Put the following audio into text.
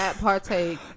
partake